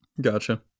Gotcha